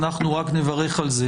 אנחנו רק נברך על כך.